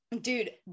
Dude